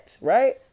right